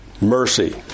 mercy